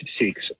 six